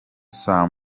saa